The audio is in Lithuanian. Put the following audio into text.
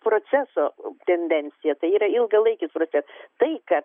proceso tendenciją tai yra ilgalaikis procesas tai kad